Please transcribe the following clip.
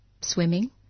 swimming